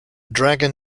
dragon